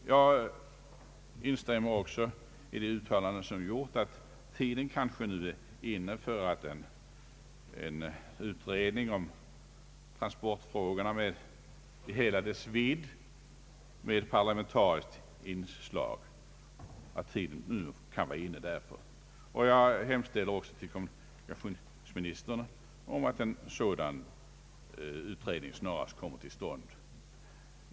Jag instämmer även i det uttalande som gjorts att tiden nu kanske är inne för en utredning med parlamentariskt inslag om transportfrågan i hela dess vidd. Jag hemställer till kommunikationsministern om att en sådan utredning snarast kommer till stånd.